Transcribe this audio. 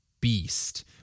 beast